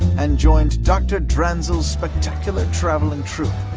and joined dr. dranzel's spectacular traveling troupe,